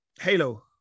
Halo